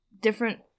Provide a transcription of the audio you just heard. different